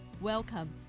Welcome